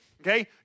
okay